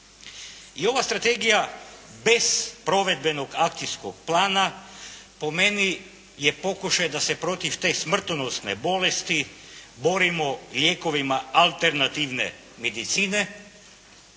I ova strategija bez provedbenog akcijskog plana po meni je pokušaj da se protiv te smrtonosne bolesti borimo lijekovima alternativne medicine,